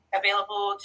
available